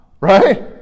Right